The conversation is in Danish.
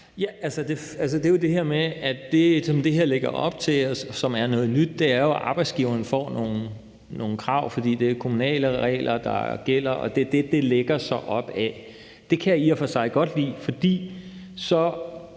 (V): Det er jo det her med, at det, som det her lægger op til, og som er noget nyt, er, at arbejdsgiveren får nogle krav, fordi det er kommunale regler, der gælder, og det lægger det sig op ad. Det kan jeg i og for sig godt lide, for så